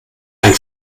ein